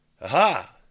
Aha